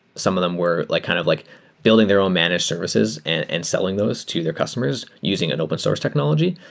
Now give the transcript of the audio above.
some of them were like kind of like building their own managed services and and selling those to their customers using an open source technology.